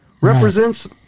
represents